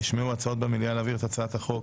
נשמעו הצעות במליאה להעביר את הצעת החוק